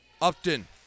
Upton